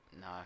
No